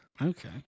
Okay